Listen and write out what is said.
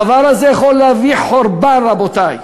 הדבר הזה יכול להביא חורבן, רבותי.